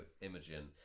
Imogen